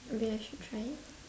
okay I should try it